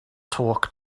talk